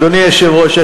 אדוני היושב-ראש,